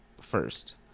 first